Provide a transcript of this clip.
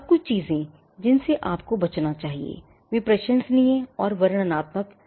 कुछ चीजें जिनसे आपको बचना चाहिए वे प्रशंसनीय और वर्णनात्मक मामले हैं